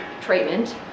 treatment